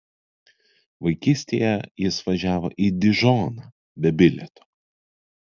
vaikystėje jis važiavo į dižoną be bilieto